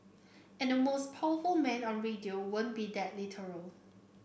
and the most powerful man on radio won't be that literal